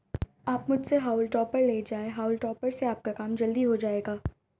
आप मुझसे हॉउल टॉपर ले जाएं हाउल टॉपर से आपका काम जल्दी हो जाएगा